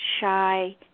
shy